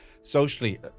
socially